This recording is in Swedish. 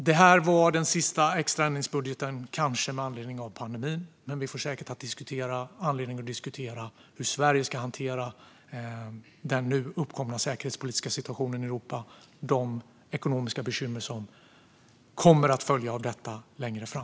Detta var kanske den sista extra ändringsbudgeten med anledning av pandemin. Men vi får säkert anledning att diskutera hur Sverige ska hantera den nu uppkomna säkerhetspolitiska situationen i Europa och de ekonomiska bekymmer som kommer att följa av detta längre fram.